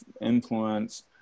influence